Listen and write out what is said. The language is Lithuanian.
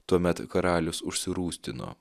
tuomet karalius užsirūstino